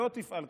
לא תפעל כנגדו,